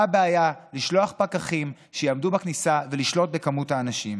מה הבעיה לשלוח פקחים שיעמדו בכניסה ולשלוט בכמות האנשים?